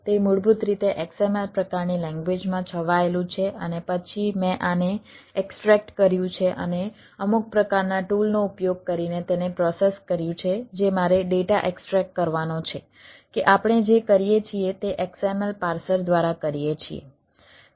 તે મૂળભૂત રીતે XML પ્રકારની લેંગ્વેજમાં છવાયેલું છે અને પછી મેં આને એક્સટ્રેક્ટ કર્યું છે અને અમુક પ્રકારના ટૂલનો ઉપયોગ કરીને તેને પ્રોસેસ કર્યું છે જે મારે ડેટા એક્સટ્રેક્ટ કરવાનો છે કે આપણે જે કરીએ છીએ તે XML પાર્સર દ્વારા કરીએ છીએ